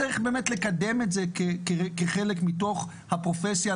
צריך לקדם את זה כחלק מתוך הפרופסיה.